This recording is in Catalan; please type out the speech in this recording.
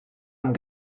amb